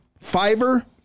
fiverr